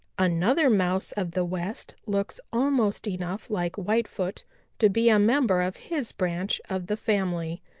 another mouse of the west looks almost enough like whitefoot to be a member of his branch of the family.